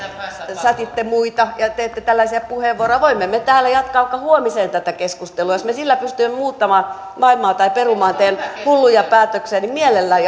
te sätitte muita ja teette tällaisia puheenvuoroja voimme me täällä jatkaa vaikka huomiseen tätä keskustelua jos me sillä pystyisimme muuttamaan maailmaa tai perumaan teidän hulluja päätöksiänne mielellään